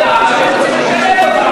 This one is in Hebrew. רוצים לשלב אותם,